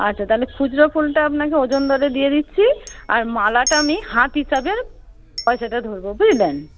আচ্ছা তাহলে খুচরো ফুলটা আপনাকে ওজন দরে দিয়ে দিচ্ছি আর মালাটা আমি হাত হিসাবে পয়সাটা ধরব বুঝলেন